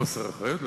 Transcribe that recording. על חוסר האחריות של